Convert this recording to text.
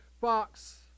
fox